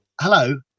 hello